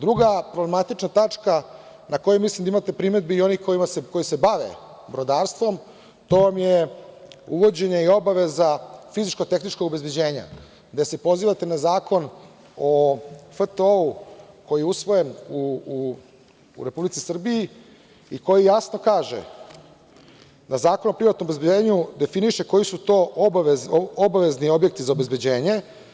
Druga problematična tačka, na koju mislim da imaju primedbi i oni koji se bave brodarstvom, to je uvođenje obaveza fizičko-tehničkog obezbeđenja, gde se pozivate na Zakon o FTO-u, koji je usvojen u Republici Srbiji i koji jasno kaže da Zakon o privatnom obezbeđenju definiše koji su to obavezni objekti za obezbeđenje.